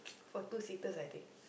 for two seaters I think